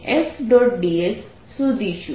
dS શોધીશું